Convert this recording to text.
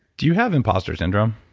do you have imposter syndrome?